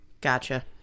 Gotcha